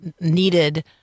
needed